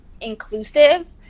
inclusive